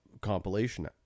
compilation